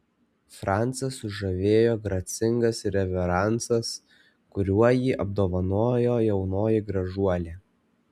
francą sužavėjo gracingas reveransas kuriuo jį apdovanojo jaunoji gražuolė